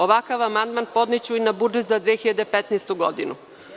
Ovakav amandman podneću i na budžet i za 2015. godinu.